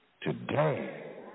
Today